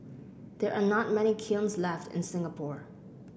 there are not many kilns left in Singapore